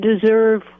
deserve